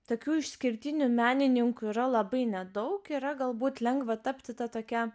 tokių išskirtinių menininkų yra labai nedaug yra galbūt lengva tapti ta tokia